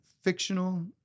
fictional